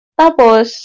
tapos